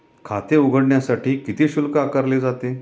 खाते उघडण्यासाठी किती शुल्क आकारले जाते?